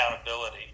accountability